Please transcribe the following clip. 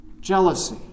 jealousy